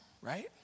right